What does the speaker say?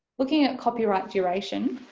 looking at copyright duration,